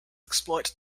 exploit